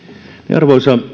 arvoisa